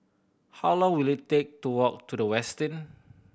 how long will it take to walk to The Westin